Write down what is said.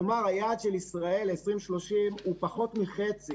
כלומר היעד של ישראל ל-2030 הוא פחות מחצי